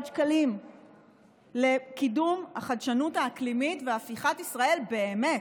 שקלים לקידום החדשנות האקלימית והפיכת ישראל באמת,